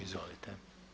Izvolite.